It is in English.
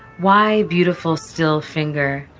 why, beautiful still finger,